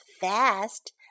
fast